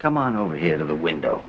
come on over here to the window